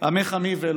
איפה